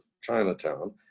Chinatown